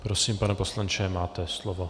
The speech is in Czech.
Prosím, pane poslanče, máte slovo.